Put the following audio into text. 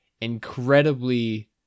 incredibly